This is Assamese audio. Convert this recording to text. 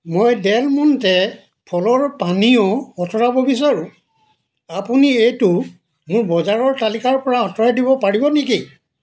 মই ডেল মণ্টে ফলৰ পানীয় আঁতৰাব বিচাৰোঁ আপুনি এইটো মোৰ বজাৰৰ তালিকাৰ পৰা আঁতৰাই দিব পাৰিব নেকি